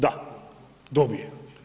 Da, dobije.